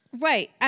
Right